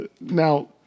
Now